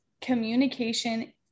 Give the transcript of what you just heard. communication